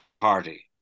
party